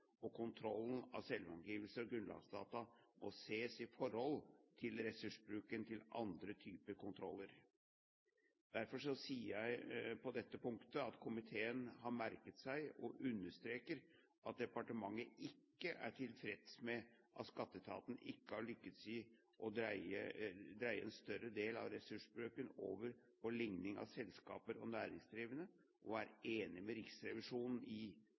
og kontrollen av selvangivelser og grunnlagsdata må ses i forhold til ressursbruken til andre typer kontroller. Derfor sier jeg at komiteen på dette punktet har merket seg at departementet ikke er tilfreds med at skatteetaten ikke har lyktes i å dreie en større del av ressursbruken over på ligning av selskaper og næringsdrivende, og komiteen er enig med Riksrevisjonen i